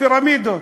הפירמידות.